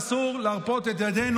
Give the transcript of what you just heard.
אין פה מפלגות.